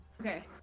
Okay